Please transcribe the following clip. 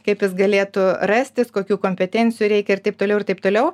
kaip jis galėtų rastis kokių kompetencijų reikia ir taip toliau ir taip toliau